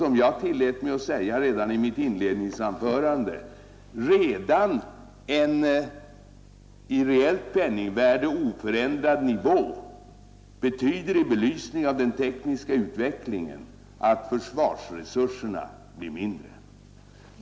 Som jag tillät mig att säga redan i mitt inledningsanförande är det också så att redan en i reellt penningvärde oförändrad nivå, i belysning av den tekniska utvecklingen, betyder att försvarsresurserna blir mindre.